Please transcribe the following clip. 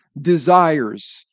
desires